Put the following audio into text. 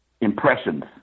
impressions